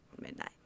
midnight